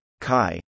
kai